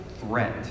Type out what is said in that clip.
threat